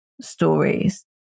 stories